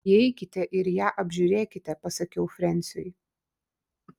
įeikite ir ją apžiūrėkite pasakiau frensiui